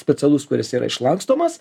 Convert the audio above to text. specialus kuris yra išlankstomas